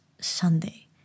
Sunday